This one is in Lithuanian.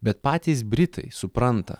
bet patys britai supranta